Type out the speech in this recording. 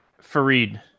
Fareed